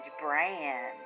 brand